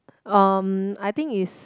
um I think is